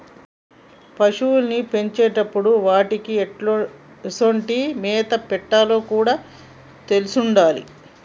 పశువుల్ని పెంచేటప్పుడు వాటికీ ఎసొంటి మేత పెట్టాలో కూడా తెలిసుండాలి